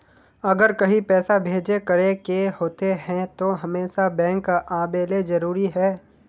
अगर कहीं पैसा भेजे करे के होते है तो हमेशा बैंक आबेले जरूरी है?